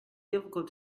difficult